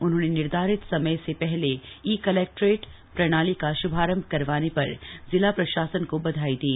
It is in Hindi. उन्होंने निर्धारित समय से पहले ई कलैक्ट्रेट प्रणाली का शुभारंभ करवाने पर जिला प्रशासन को बधाई दी